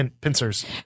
pincers